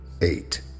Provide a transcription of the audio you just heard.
eight